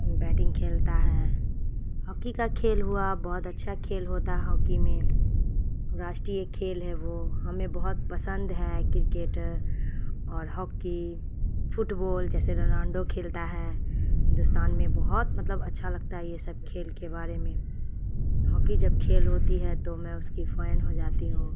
batting کھیلتا ہے hockey کا کھیل ہوا بہت اچھا کھیل ہوتا ہے ہاکی میں راشٹریہ کھیل ہے وہ ہمیں بہت پسند ہے کرکٹ اور ہاکی فٹ بال جیسے رونانڈو کھیلتا ہے ہندوستان میں بہت مطلب اچھا لگتا ہے یہ سب کھیل کے بارے میں ہاکی جب کھیل ہوتی ہے تو میں اس کی فین ہو جاتی ہوں